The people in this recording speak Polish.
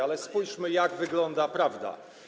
Ale spójrzmy, jak wygląda prawda.